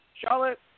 Charlotte